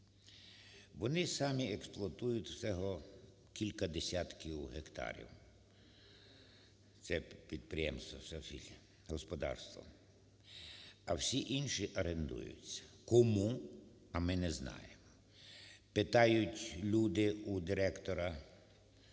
Вони самі експлуатують всього кілька десятків гектарів. Це підприємство "……..", господарство, а всі інші орендуються кому, а ми не знаємо. Питають люди у директора